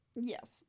yes